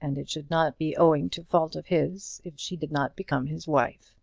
and it should not be owing to fault of his if she did not become his wife.